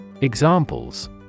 Examples